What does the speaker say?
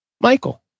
Michael